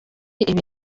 ibi